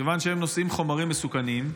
כיוון שהם נושאים חומרים מסוכנים,